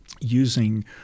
using –